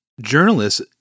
Journalists